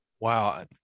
Wow